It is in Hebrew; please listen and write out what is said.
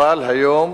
אבל היום,